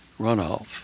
runoff